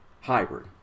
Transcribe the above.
hybrid